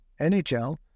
NHL